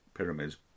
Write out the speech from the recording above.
pyramids